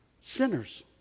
sinners